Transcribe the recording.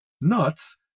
nuts